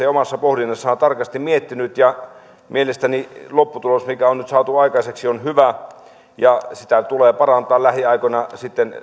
ja omassa pohdinnassaan tarkasti miettinyt ja mielestäni lopputulos mikä on nyt saatu aikaiseksi on hyvä ja sitä tulee sitten parantaa lähiaikoina